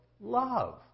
love